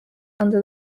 under